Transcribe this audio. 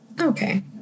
Okay